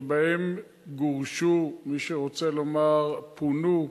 מאז שגורשו, מי שרוצה לומר "פונו",